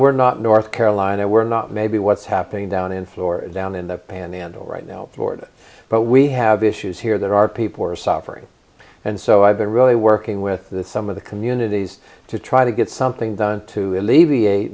we're not north carolina we're not maybe what's happening down in florida down in the panhandle right now but we have issues here that our people are suffering and so i've been really were working with some of the communities to try to get something done to alleviate